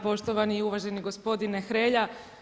Poštovani i uvaženi gospodine Hrelja.